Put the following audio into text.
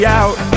out